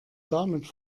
damit